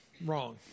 wrong